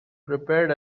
prepared